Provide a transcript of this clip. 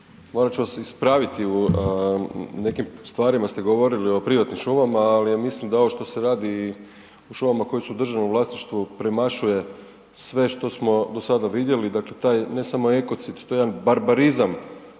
Morat ću vas ispraviti, o nekim stvarima ste govorili o privatnim šumama, ali mislim da ovo što se radi u šumama koje su u državnom vlasništvu premašuje sve što smo do sada vidjeli, dakle taj ne samo ekocid to je jedan barbarizam